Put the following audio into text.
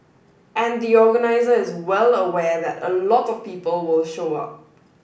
and the organiser is well aware that a lot of people will show up